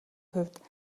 хувьд